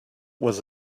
was